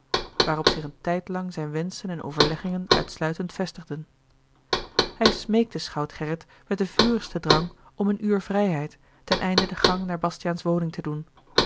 waarop zich een tijdlang zijne wenschen en overleggingen uitsluitend vestigden hij smeekte schout gerrit met den vurigsten drang om eene ure vrijheid ten einde den gang naar bastiaans woning te doen